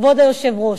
כבוד היושב-ראש,